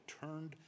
turned